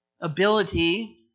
ability